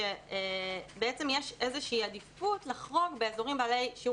יש איזושהי עדיפות לחרוג באזורים בעלי שיעור